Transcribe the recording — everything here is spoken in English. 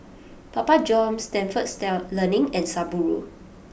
Papa Johns Stalford Learning and Subaru